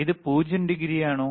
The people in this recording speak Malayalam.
ഇത് 0 ഡിഗ്രിയാണോ